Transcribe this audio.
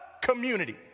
community